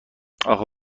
اخه